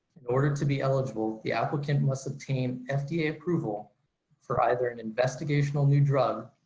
in order to be eligible the applicant must obtain fda approval for either an investigational new drug,